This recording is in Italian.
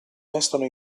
mestolo